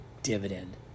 Dividend